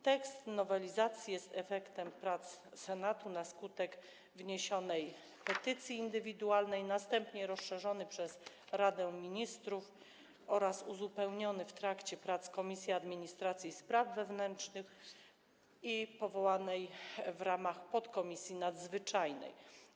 Tekst nowelizacji jest efektem prac Senatu na skutek wniesionej petycji indywidualnej, następnie był rozszerzony przez Radę Ministrów oraz uzupełniony w trakcie prac Komisji Administracji i Spraw Wewnętrznych i powołanej w jej ramach podkomisji nadzwyczajnej.